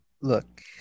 look